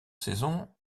saison